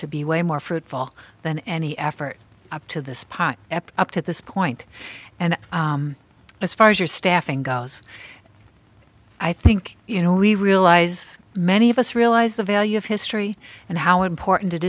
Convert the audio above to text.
to be way more fruitful than any effort up to this part ep up to this point and as far as your staffing goes i think you know we realize many of us realize the value of history and how important it